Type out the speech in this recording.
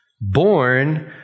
born